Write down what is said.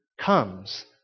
comes